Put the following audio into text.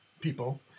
people